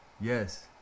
Yes